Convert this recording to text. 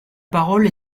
parole